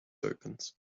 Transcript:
opens